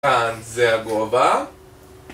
כאן זה הגובה